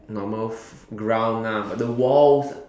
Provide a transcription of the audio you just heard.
normal fl~ ground lah but the walls